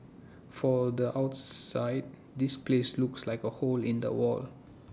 for the outside this place looks like A hole in the wall